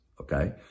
okay